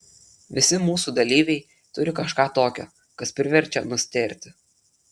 visi mūsų dalyviai turi kažką tokio kas priverčia nustėrti